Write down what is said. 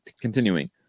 Continuing